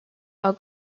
are